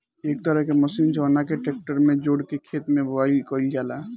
एक तरह के मशीन जवना के ट्रेक्टर में जोड़ के खेत के बोआई कईल जाला